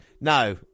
No